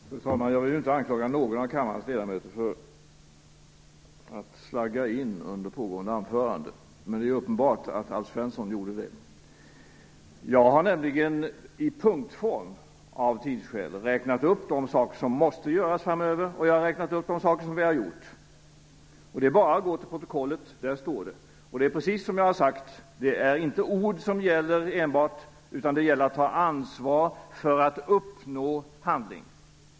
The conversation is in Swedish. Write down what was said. Fru talman! Jag vill inte anklaga någon av kammarens ledamöter för att slagga in under pågående anförande. Men det är uppenbart att Alf Svensson gjorde det. Jag har nämligen i punktform - av tidsskäl - räknat upp de saker som måste göras framöver, och jag har räknat upp de saker som vi har gjort. Det är bara att gå till protokollet. Där står det. Det är precis som jag har sagt - det är inte enbart ord som gäller, utan det gäller att ta ansvar för att uppnå handling.